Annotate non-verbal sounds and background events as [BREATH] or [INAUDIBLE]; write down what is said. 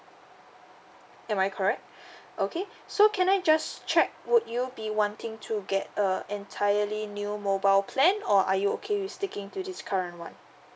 am I correct [BREATH] okay so can I just check would you be wanting to get a entirely new mobile plan or are you okay with sticking to this current one